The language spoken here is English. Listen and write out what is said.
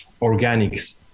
organics